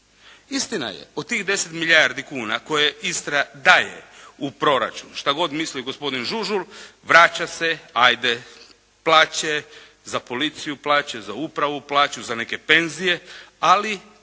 Istina je od tih 10 milijardi kuna koje Istra daje u proračun šta god mislio gospodin Žužul vraća se ajde. Plaće za policiju, plače, za upravu plače, za neke penzije, ali